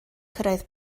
cyrraedd